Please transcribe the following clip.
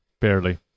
Barely